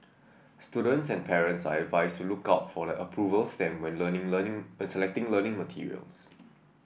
students and parents are advised to look out for the approval stamp when learning learning when selecting learning materials